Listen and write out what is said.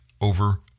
over